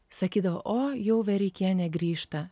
sakydavo o jau verikienė grįžta